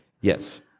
Yes